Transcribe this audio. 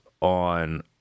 on